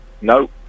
No